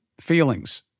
feelings